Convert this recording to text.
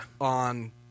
on